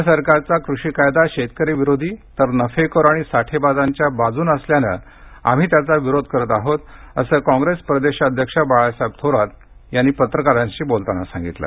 केंद्र सरकारचा कृषी कायदा शेतकरी विरोधी तर नफेखोर आणि साठेबाजांच्या बाजूने असल्याने आम्ही त्याचा विरोध करीत आहोत असं कॉंग्रेस प्रदेशाध्यक्ष बाळासाहेब थोरात पत्रकारांशी बोलताना म्हणाले